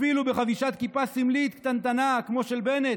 אפילו בחבישת כיפה סמלית קטנטנה כמו של בנט,